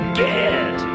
get